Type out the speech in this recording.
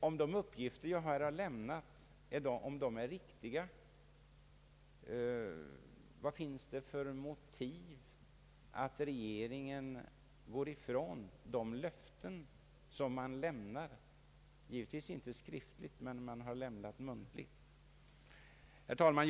Om de uppgifter jag här har lämnat är riktiga, vad finns det då för motiv för att regeringen går ifrån de löften man lämnat — givetvis inte skriftligt men muntligt? Herr talman!